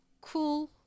cool